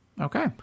Okay